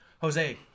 Jose